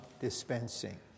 dispensing